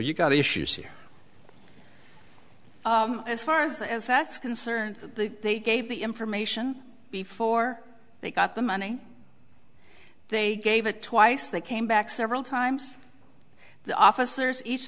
you've got issues here as far as that's concerned they gave the information before they got the money they gave it twice they came back several times the officers each